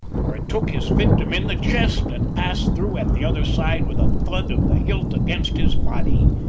for it took his victim in the chest and passed through at the other side with a thud of the hilt against his body.